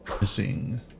missing